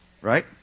right